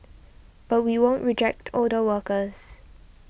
but we won't reject older workers